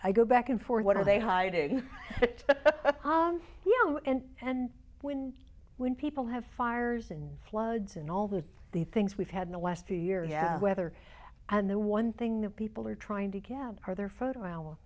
go back and forth what are they hiding and and when when people have fires and floods and all that the things we've had in the last few years weather and the one thing that people are trying to gab or their photo albums